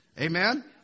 Amen